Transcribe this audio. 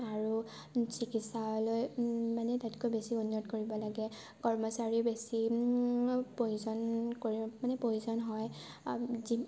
আৰু চিকিৎসালয় মানে তাতকৈ বেছি উন্নত কৰিব লাগে কৰ্মচাৰী বেছি প্ৰয়োজন মানে প্ৰয়োজন হয় যি